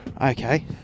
Okay